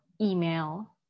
email